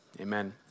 Amen